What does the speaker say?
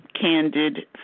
candid